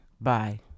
Bye